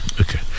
okay